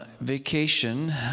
vacation